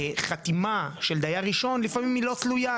שחתימה על דייר ראשון לא תמיד תלויה.